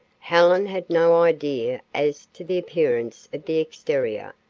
helen had no idea as to the appearance of the exterior,